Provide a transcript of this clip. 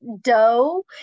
dough